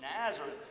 Nazareth